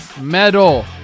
medal